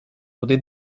туди